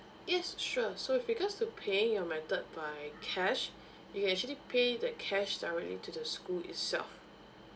yes sure so with regards to paying your method by cash you can actually pay the cash directly to the school itself